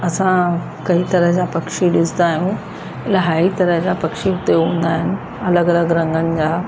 असां कई तरह जा पक्षी ॾिसंदा आहियूं इलाही तरह जा पक्षी उते हूंदा आहिनि अलॻि अलॻि रंगनि जा